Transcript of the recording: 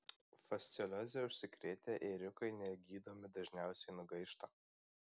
fasciolioze užsikrėtę ėriukai negydomi dažniausiai nugaišta